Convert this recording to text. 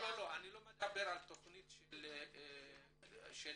אני לא מדבר על תכנית של אתיופים.